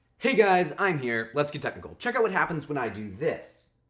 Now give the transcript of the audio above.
hey guys, i'm here, let's get technical. check out what happens when i do this.